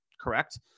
correct